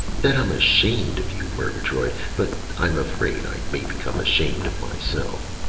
that i'm ashamed of you, murgatroyd, but i'm afraid i may become ashamed of myself.